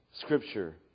scripture